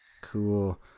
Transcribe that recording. cool